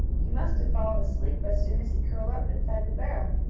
he must have fallen asleep as soon as he curled up inside the barrel.